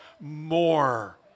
more